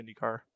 IndyCar